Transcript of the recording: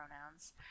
pronouns